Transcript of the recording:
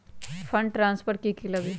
Fund transfer कि की लगी?